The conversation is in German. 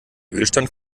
ölstand